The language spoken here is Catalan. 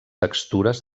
textures